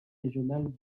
régional